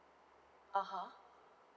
uh (huh)